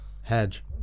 Hedge